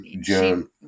Joan